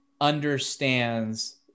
understands